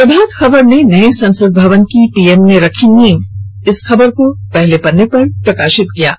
प्रभात खबर ने नए संसद मवन की पीएम ने रखी नींव खबर को अपने पहले ँ पन्ने पर प्रकाशित किया है